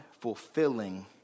fulfilling